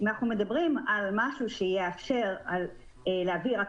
אם אנחנו מדברים על משהו שיאפשר להעביר רק